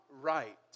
right